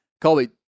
colby